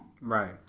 right